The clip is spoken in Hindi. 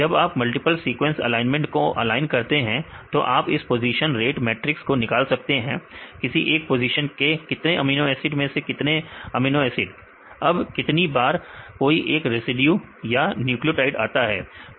जब आप मल्टीपल सीक्वेंस एलाइनमेंट को ऑलाइन करते हैं तो आप इस पोजीशन रेट मैट्रिक्स को निकाल सकते हैं किसी एक पोजीशन के कितने अमीनो एसिड मैं से कितने अमीनो एसिड अब कितनी बार कोई एक रेसिड्यू या न्यूक्लियोटाइड आता है